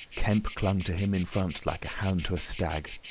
kemp clung to him in front like a hound to a stag,